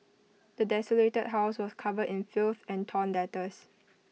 the desolated house was covered in filth and torn letters